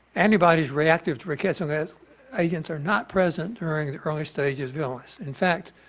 antibodies reactive to rickettsial agents are not present during the early stages. in fact,